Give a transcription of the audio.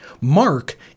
Mark